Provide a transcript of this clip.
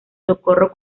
socorro